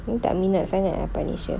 you tak minat sangat ah punisher